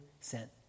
sent